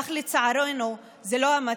אך לצערנו, זה לא המצב.